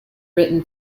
written